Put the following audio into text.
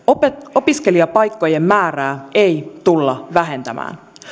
opiskelijapaikkojen määrää ei tulla vähentämään